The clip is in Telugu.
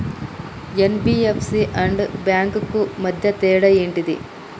ఎన్.బి.ఎఫ్.సి అండ్ బ్యాంక్స్ కు మధ్య తేడా ఏంటిది?